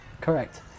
Correct